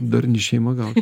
darni šeima gau